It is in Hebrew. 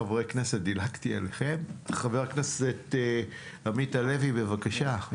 חבר הכנסת עמית הלוי בבקשה.